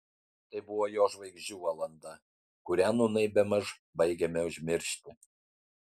tai buvo jo žvaigždžių valanda kurią nūnai bemaž baigiame užmiršti